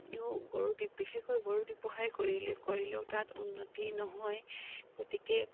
গৰু বিশেষকৈ গৰু ব্যৱসায় কৰিলে কৰিলেও তাত উন্নতি নহয় গতিকে